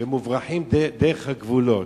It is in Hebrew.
ומוברחים דרך הגבולות.